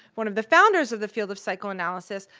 one of the founders of the field of psychoanalysis,